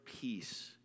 peace